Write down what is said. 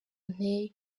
nteye